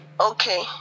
Okay